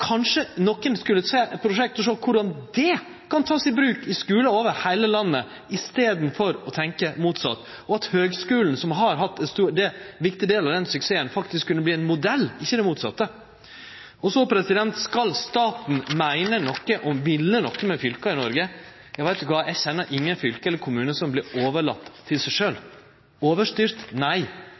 kanskje nokon skulle ha som prosjekt å sjå på korleis ein kan ta det i bruk i skular over heile landet, i staden for å tenkje motsett, og at høgskulen, som har hatt ein viktig del av den suksessen, faktisk kunne verte ein modell, ikkje det motsette? Punkt tre: Skal staten meine noko og ville noko med fylka i Noreg? Veit de kva? Eg kjenner ingen fylke eller kommunar som vert overlatne til seg sjølve. Overstyrt – nei,